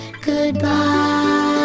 goodbye